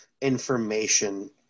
information